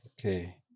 Okay